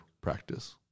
practice